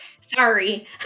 Sorry